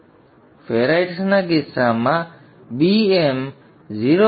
આમ ફેરાઈટ્સના કિસ્સામાં Bm 0